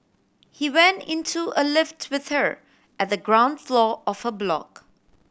he went into a lift with her at the ground floor of her block